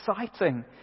exciting